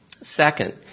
Second